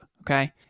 Okay